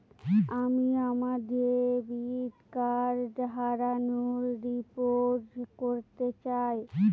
আমি আমার debit card হারানোর রিপোর্ট করতে চাই